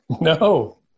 No